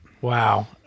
Wow